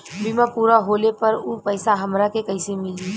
बीमा पूरा होले पर उ पैसा हमरा के कईसे मिली?